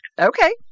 Okay